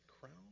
crown